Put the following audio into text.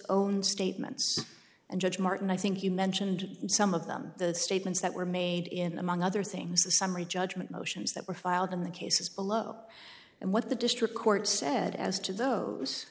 own statements and judge martin i think you mentioned some of them the statements that were made in among other things the summary judgment motions that were filed in the cases below and what the district court said as to those